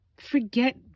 Forget